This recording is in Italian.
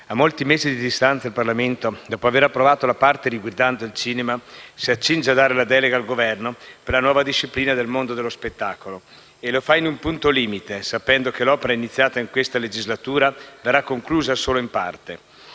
a molti mesi di distanza, il Parlamento, dopo aver approvato la parte riguardante il cinema, si accinge a dare la delega al Governo per la nuova disciplina del mondo dello spettacolo e lo fa in un punto limite, sapendo che l'opera iniziata in questa legislatura verrà conclusa solo in parte.